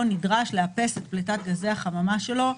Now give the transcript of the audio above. נדרש לאפס את פליטת גזי החממה שלו.